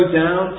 down